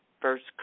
first